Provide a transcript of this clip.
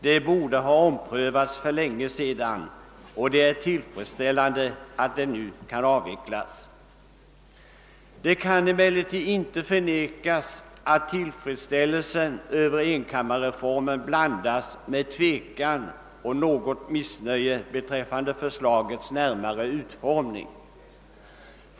Det borde ha omprövats för länge sedan och det är tillfredsställande att det nu kan avveckias. Det kan emellertid inte förnekas att tillfredsställelsen över enkammarreformen blandas med tvivel och något missnöje beträffande förslagets närmare utformning.